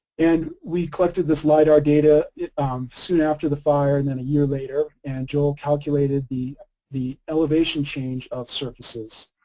and we collected this lidar data soon after the fire and then a year later, and joel calculated the the elevation change of surfaces.